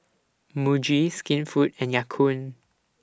Muji Skinfood and Ya Kun